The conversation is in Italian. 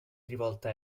rivolta